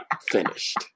finished